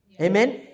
Amen